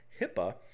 HIPAA